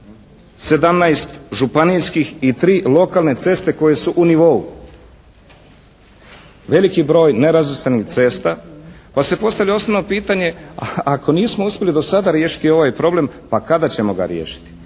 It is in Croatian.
županijskih i tri lokalne ceste koje su u nivou. Veliki broj nerazvrstanih cesta. Pa se postavljaj osnovno pitanje ako nismo uspjeli do sada riješiti ovaj problem pa kada ćemo ga riješiti.